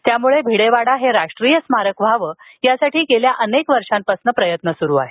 त्यामुळे भिडेवाडा राष्ट्रीय स्मारक व्हावे यासाठी गेल्या अनेक वर्षांपासून प्रयत्न सुरु आहेत